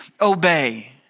obey